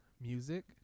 music